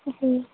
جی